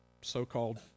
so-called